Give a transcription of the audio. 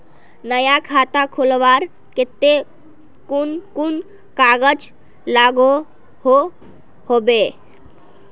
नया खाता खोलवार केते कुन कुन कागज लागोहो होबे?